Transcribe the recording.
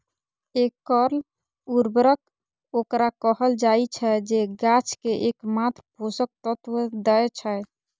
एकल उर्वरक ओकरा कहल जाइ छै, जे गाछ कें एकमात्र पोषक तत्व दै छै